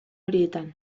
horietan